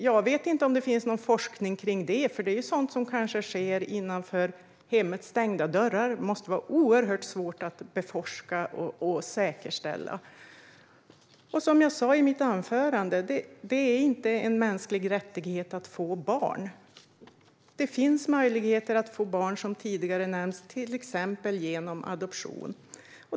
Jag vet inte om det finns någon forskning om det, för det är ju sådant som kanske sker innanför hemmets stängda dörrar. Det måste vara oerhört svårt att beforska och säkerställa. Som jag sa i mitt anförande: Det är inte en mänsklig rättighet att få barn. Som tidigare nämnts finns det möjligheter att få barn genom till exempel adoption.